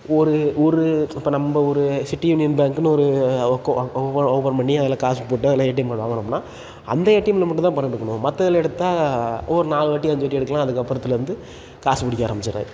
ஒரு ஒரு இப்போ நம்ம ஒரு சிட்டி யூனியன் பேங்க்குனு ஒரு ஓக்கு ஓ ஓவ ஓப்பன் பண்ணி அதில் காசு போட்டு அதில் ஏடிஎம் கார்டு வாங்கினோம்னா அந்த ஏடிஎம்மில் மட்டும் தான் பணம் எடுக்கணும் மத்ததில் எடுத்தால் ஒரு நாலு வாட்டி அஞ்சு வாட்டி எடுக்கலாம் அதுக்கப்புறத்துலேருந்து காசுப் பிடிக்க ஆரமிச்சிடுது